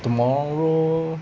tomorrow